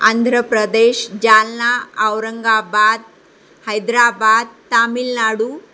Andhra Pradesh Jalna Aurangabad Hyderabad Tamil Nadu